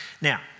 Now